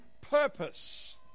purpose